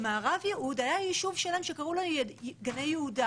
במערב יהוד היה יישוב שלם שקראו לו גני יהודה,